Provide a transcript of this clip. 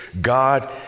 God